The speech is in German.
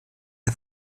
der